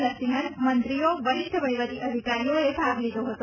નરસિંહન મંત્રીઓ વરિષ્ઠ વહીવટી અધિકારીઓએ ભાગ લીધો હતો